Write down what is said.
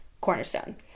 cornerstone